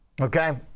Okay